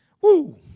Woo